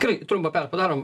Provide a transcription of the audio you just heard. gerai trumpą per padarom